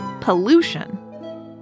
Pollution